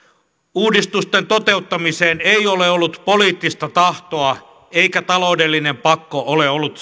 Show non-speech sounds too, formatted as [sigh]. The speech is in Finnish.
uudistusten toteuttamiseen ei ole ollut poliittista tahtoa eikä taloudellinen pakko ole ollut [unintelligible]